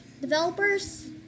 developers